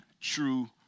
True